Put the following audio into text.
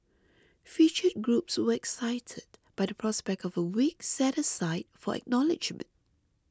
featured groups were excited by the prospect of a week set aside for acknowledgement